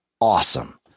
awesome